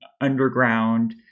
underground